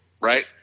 right